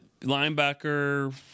Linebacker